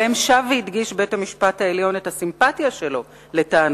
בהם שב והדגיש בית-המשפט העליון את הסימפתיה שלו לטענותינו,